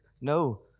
No